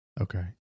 Okay